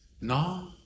No